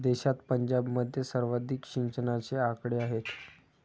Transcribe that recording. देशात पंजाबमध्ये सर्वाधिक सिंचनाचे आकडे आहेत